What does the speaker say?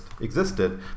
existed